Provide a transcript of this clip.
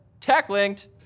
TechLinked